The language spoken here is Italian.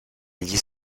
agli